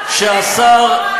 הציבורי.